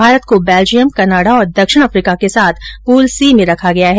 भारत को Belgium Canada और दक्षिण अफ्रीका के साथ पूल सी में रखा गया है